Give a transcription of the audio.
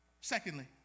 Secondly